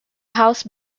house